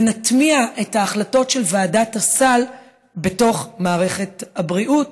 ונטמיע את ההחלטות של ועדת הסל בתוך מערכת הבריאות